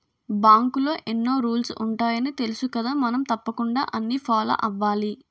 బాంకులో ఎన్నో రూల్సు ఉంటాయని తెలుసుకదా మనం తప్పకుండా అన్నీ ఫాలో అవ్వాలి